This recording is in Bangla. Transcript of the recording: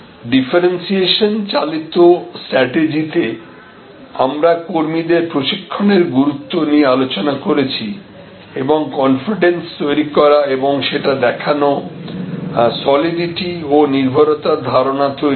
ডিফারেন্সিয়েশন চালিত স্ট্র্যাটেজিতে আমরা কর্মীদের প্রশিক্ষণের গুরুত্ব নিয়ে আলোচনা করেছি এবং কনফিডেন্স তৈরি করা এবং সেটা দেখানো সলিডিটি ও নির্ভরতার ধারণা তৈরি করা